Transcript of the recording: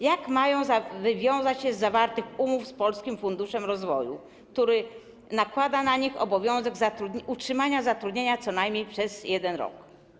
Jak mają wywiązać się z zawartych umów z Polskim Funduszem Rozwoju, który nakłada na nich obowiązek utrzymania zatrudnienia co najmniej przez 1 rok?